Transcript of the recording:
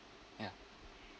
yeah